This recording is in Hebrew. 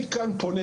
אני פונה כאן,